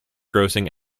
grossing